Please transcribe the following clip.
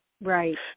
right